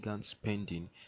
spending